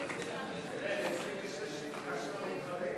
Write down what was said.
של קבוצת סיעת יש עתיד לסעיף